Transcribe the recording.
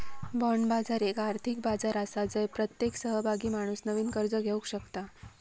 bond बाजार एक आर्थिक बाजार आसा जय प्रत्येक सहभागी माणूस नवीन कर्ज घेवक शकता